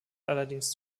allerdings